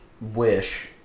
wish